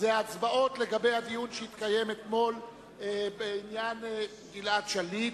הצבעות לגבי הדיון שהתקיים אתמול בעניין גלעד שליט.